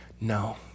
No